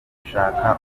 shaka